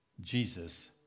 Jesus